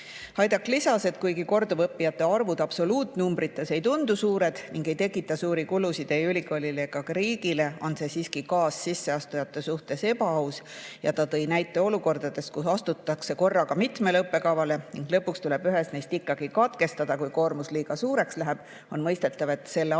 Haidak lisas, et kuigi korduvõppijate arv absoluutnumbrites ei tundu suur ning ei tekita suuri kulusid ei ülikoolile ega riigile, on see kaassisseastujate suhtes siiski ebaaus. Ta tõi näite olukordadest, kus astutakse korraga mitmele õppekavale ning lõpuks tuleb ühes neist ikkagi katkestada, kui koormus liiga suureks läheb. On mõistetav, et selle aja